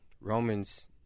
Romans